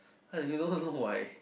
there's no reason why